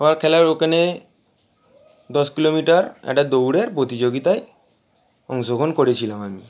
হওয়া খেলার ওখানে দশ কিলোমিটার একটা দৌড়ের প্রতিযোগিতায় অংশগ্রহণ করেছিলাম আমি